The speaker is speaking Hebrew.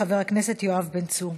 חבר הכנסת יואב בן צור.